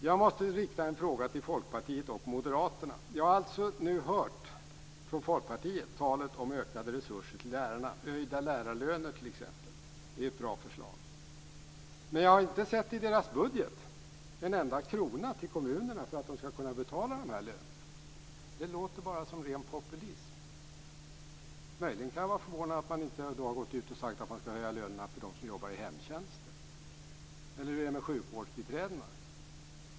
Jag måste rikta en fråga till Folkpartiet och Moderaterna. Jag har från Folkpartiet hört talet om ökade resurser till lärarna, t.ex. höjda lärarlöner. Det är ett bra förslag. Men jag har inte sett en enda krona i deras budget för att de skall kunna betala lönerna. Det låter bara som ren populism. Möjligen kan jag vara förvånad över att man inte har sagt att man skall höja lönerna för dem som jobbar i hemtjänsten. Och hur är det med sjukvårdsbiträdena?